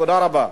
תודה רבה.